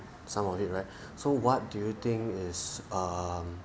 some of it right so what do you think is um